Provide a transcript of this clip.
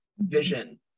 vision